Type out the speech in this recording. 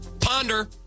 Ponder